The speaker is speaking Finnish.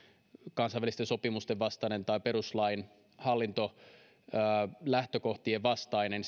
kansainvälisten sopimusten vastainen tai perustuslain lähtökohtien vastainen